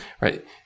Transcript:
right